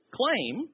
claim